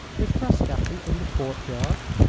is frascatti in the courtyard?